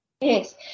Yes